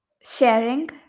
Sharing